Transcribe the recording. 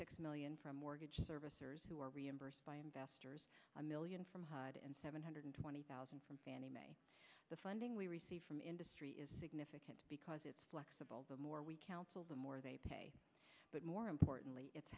six million from mortgage servicers who are reimbursed by investors a million from hide and seven hundred twenty thousand from fannie mae the funding we received from industry is significant because it's flexible the more we counsel the more they pay but more importantly it's